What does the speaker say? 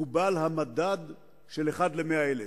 מקובל המדד של 1 ל-100,000,